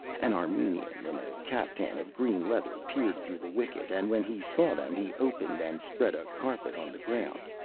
an armenian in a caftan of green leather peered through the wicket, and when he saw them he opened, and spread a carpet on the ground,